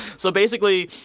so basically,